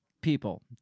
people